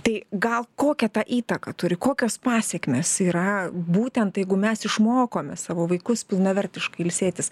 tai gal kokią įtaką turi kokios pasekmės yra būtent jeigu mes išmokome savo vaikus pilnavertiškai ilsėtis